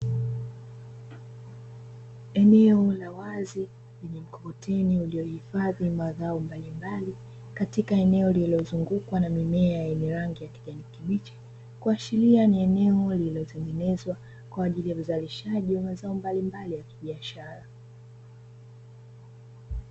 Eneo la wazi, mkokoteni uliohifadhi mazao mbalimbali katika eneo lililozungukwa na mimea yenye rangi ya kijani kibichi, kuashiria ni eneo lililotengenezwa kwa ajili ya uzalishaji wa mazao mbalimbali ya kibiashara.